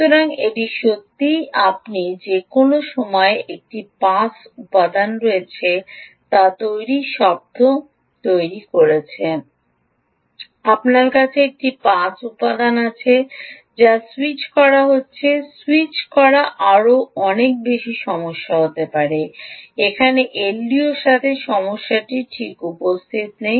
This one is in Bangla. সুতরাং এটি সত্যই আপনি যে কোনও নিয়ামক একটি পাস উপাদান রয়েছে তা তৈরির শব্দটি তৈরি করছে আপনার কাছে একটি পাস উপাদান রয়েছে যা স্যুইচ করা হচ্ছে স্যুইচ করা আরও আরও বেশি সমস্যা তৈরি করে যেখানে এলডিওর সাথে সমস্যাটি ঠিক উপস্থিত নেই